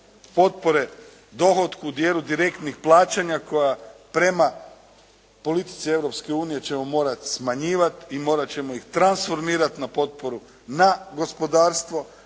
potpore dohotku, u dijelu direktnih plaćanja koja prema politici Europske unije ćemo morati smanjivati i morat ćemo ih transformirati na potporu na gospodarstvo,